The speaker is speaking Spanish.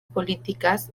políticas